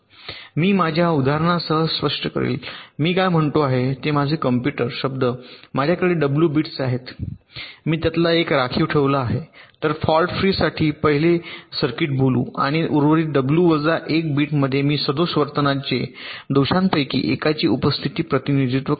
मी माझ्या उदाहरणासह स्पष्ट करेल मी काय म्हणतो ते माझे आहे कॉम्प्यूटर शब्द माझ्याकडे डब्ल्यू बिट्स आहेत मी त्यातला एक राखीव ठेवला आहे तर फॉल्ट फ्री साठी पहिले बोलू सर्किट आणि उर्वरित डब्ल्यू वजा 1 बिट मध्ये मी सदोष वर्तनाचे दोषांपैकी एकाची उपस्थिती प्रतिनिधित्व करतो